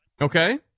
Okay